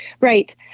Right